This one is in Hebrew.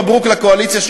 מברוכ לקואליציה,